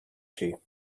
she